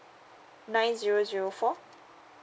nine zero zero four